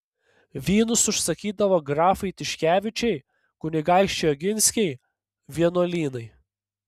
vynus užsakydavo grafai tiškevičiai kunigaikščiai oginskiai vienuolynai